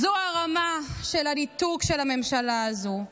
זאת הרמה של הניתוק של הממשלה הזאת.